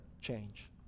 change